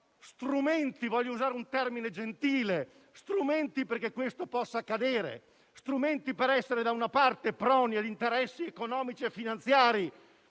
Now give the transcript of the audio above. "strumenti" (voglio usare un termine gentile) perché questo potesse accadere; strumenti per essere da una parte proni agli interessi economici e finanziari